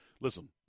listen